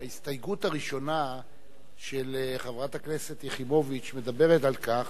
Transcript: ההסתייגות הראשונה של חברת הכנסת יחימוביץ מדברת על כך